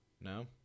No